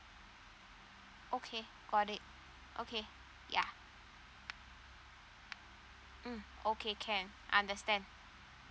okay got it okay yeah mm okay can understand